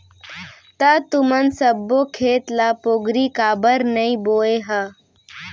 त तुमन सब्बो खेत ल पोगरी काबर नइ बोंए ह?